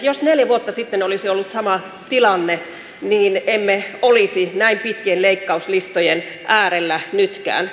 jos neljä vuotta sitten olisi ollut sama tilanne niin emme olisi näin pitkien leikkauslistojen äärellä nytkään